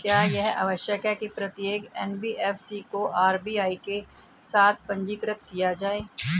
क्या यह आवश्यक है कि प्रत्येक एन.बी.एफ.सी को आर.बी.आई के साथ पंजीकृत किया जाए?